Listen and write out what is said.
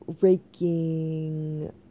Raking